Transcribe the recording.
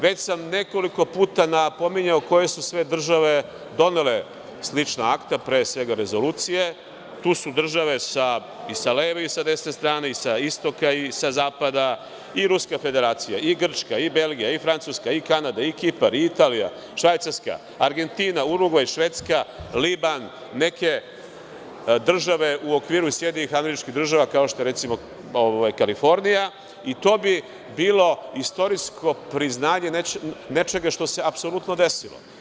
Već sam nekoliko puta napominjao koje su sve države donele slična akta, pre svega Rezolucije, tu su države i sa leve i sa desne strane, i sa istoka i sa zapada, i Ruska Federacija i Grčka i Belgija i Francuska i Kanada i Kipar i Italija i Švajcarska, Argentina, Urugvaj, Švedska, Liban, neke države u okviru i SAD, kao što je recimo Kalifornija i to bi bilo istorijsko priznanje nečega što se apsolutno desilo.